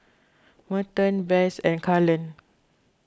Merton Bess and Kalen